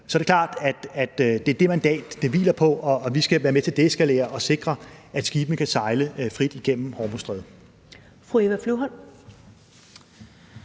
Så er det klart, at det er det mandat, det hviler på, og vi skal være med til at deeskalere og sikre, at skibene kan sejle frit igennem Hormuzstrædet.